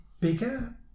bigger